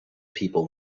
people